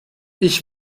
ich